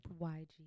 YG